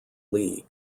league